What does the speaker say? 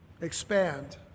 expand